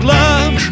love